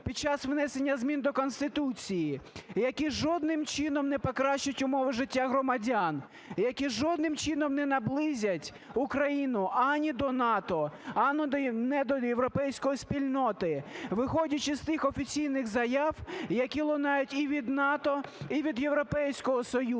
під час внесення змін до Конституції, які жодним чином не покращать умови життя громадян, які жодним чином не наблизять Україну ані до НАТО, ані до європейської спільноти, виходячи з тих офіційних заяв, які лунають і від НАТО, і від Європейського Союзу.